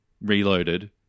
reloaded